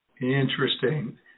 Interesting